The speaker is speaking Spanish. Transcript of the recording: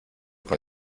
con